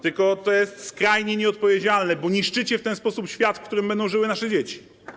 Tylko to jest skrajnie nieodpowiedzialne, bo niszczycie w ten sposób świat, w którym będą żyły nasze dzieci.